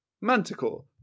Manticore